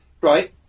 right